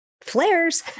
flares